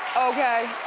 okay.